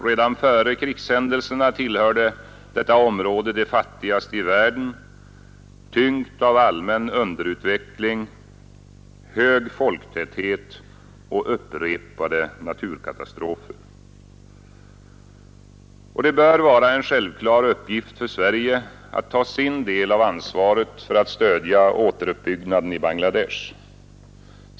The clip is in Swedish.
Redan före krigshändelserna tillhörde detta område de fattigaste i världen, tyngt av allmän underutveckling, hög folktäthet och upprepade naturkatastrofer. Det bör vara en självklar uppgift för Sverige att ta sin del av ansvaret för att stödja återuppbyggnaden i Bangladesh.